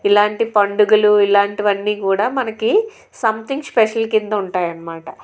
ఇలాంటి పండుగలు ఇలాంటివన్నీ కూడా మనకి సంథింగ్ స్పెషల్ కింద ఉంటాయి అన్నమాట